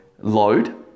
load